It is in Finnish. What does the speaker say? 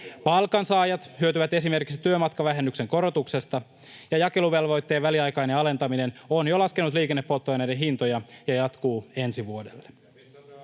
Palkansaajat hyötyvät esimerkiksi työmatkavähennyksen korotuksesta. Jakeluvelvoitteen väliaikainen alentaminen on jo laskenut liikennepolttoaineiden hintoja ja jatkuu ensi vuodelle.